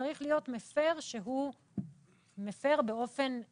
צריך להיות מפר שהוא מפר באופן נרחב.